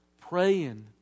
Praying